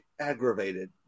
aggravated